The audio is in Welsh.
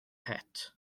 het